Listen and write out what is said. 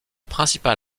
principal